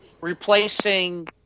replacing